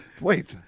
wait